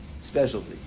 specialty